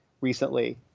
recently